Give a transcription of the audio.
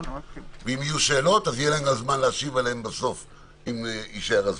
אם יהיו שאלות יהיה להם זמן להשיב עליהן בסוף אם יישאר זמן,